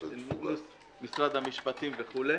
משרד המשפטים וכו'.